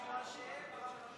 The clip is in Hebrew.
מחאת עולם התרבות והאירועים,